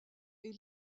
est